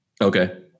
Okay